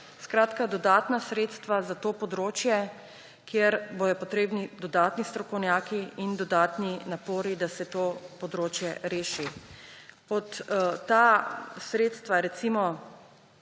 Skratka, dodatna sredstva za to področje, kjer bodo potrebni dodatni strokovnjaki in dodatni napori, da se to področje reši. Pod ta sredstva, recimo,